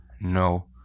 no